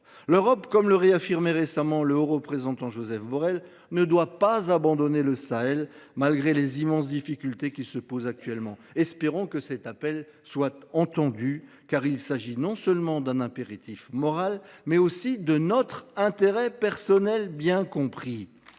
L’Europe, comme le réaffirmait récemment le haut représentant Josep Borrell, ne doit pas abandonner le Sahel, malgré les immenses difficultés qui se posent actuellement. Formons le vœu que cet appel soit entendu : il s’agit d’un impératif moral, mais il y va aussi de notre intérêt bien compris.